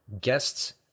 guests